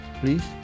please